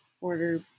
order